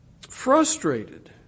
frustrated